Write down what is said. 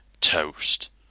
toast